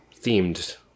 themed